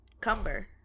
Cumber